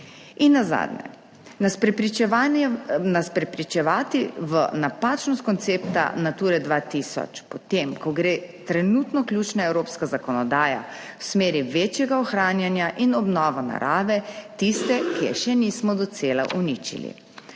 In nazadnje nas prepričevati v napačnost koncepta Nature 2000 po tem, ko gre trenutno ključna evropska zakonodaja v smeri večjega ohranjanja in obnova narave, tiste ki je še nismo docela uničili.